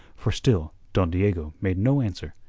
for still don diego made no answer.